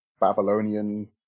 Babylonian